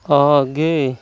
आगे